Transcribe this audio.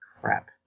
Crap